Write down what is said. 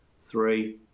three